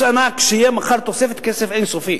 ענק שתהיה מחר תוספת כסף אין-סופית.